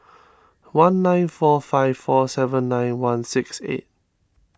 one nine four five four seven nine one six eight